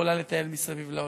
יכולה לטייל מסביב לעולם.